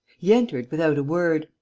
he entered without a word,